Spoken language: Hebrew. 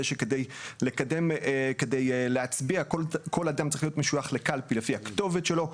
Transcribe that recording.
שכדי להצביע כל אדם צריך להיות משויך לקלפי לפי הכתובת שלו,